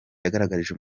yagaragarije